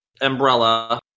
umbrella